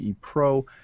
pro